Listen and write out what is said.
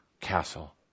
castle